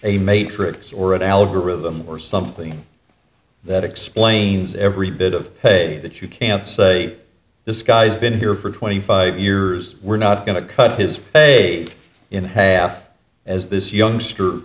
a matrix or an algorithm or something that explains every bit of hay that you can't say this guy's been here for twenty five years we're not going to cut his a in half as this youngster